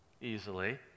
easily